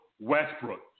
Westbrook